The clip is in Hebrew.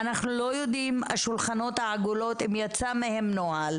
אנחנו לא יודעים אם מהשולחנות העגולים יצא נוהל.